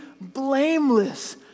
blameless